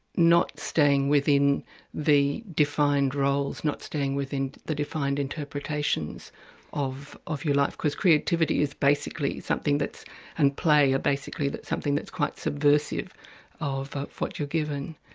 not staying within the defined roles, not staying within the defined interpretations of of your life. because creativity is basically something that's and play are basically something that's, quite subversive of what you're given.